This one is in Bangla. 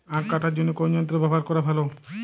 আঁখ কাটার জন্য কোন যন্ত্র ব্যাবহার করা ভালো?